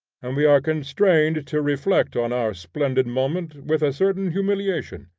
and we are constrained to reflect on our splendid moment with a certain humiliation,